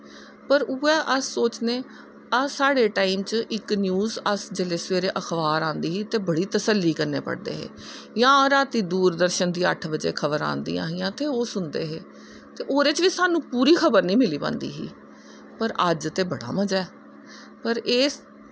पर उऐ अस सोचनें साढ़े टाईम च इस न्यूज़ सवेरे जिसले अखबार आंदी ही ते बड़ी तसल्ली कन्नै पढ़दे हे जां रातीं अट्ट बज़े दूरदर्शन दियां खबरां आंदियां हां ते ओह् सुनदे हे ते ओह्दे च बी स्हानू पूरी खबर नी मिली पांदी ही पर अज्ज ते बड़ा मज़ा ऐ ते